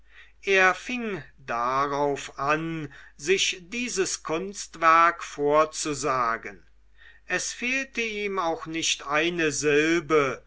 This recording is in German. er fing darauf an sich dieses kunstwerk vorzusagen es fehlte ihm auch nicht eine silbe